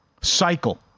Cycle